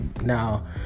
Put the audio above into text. now